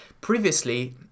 previously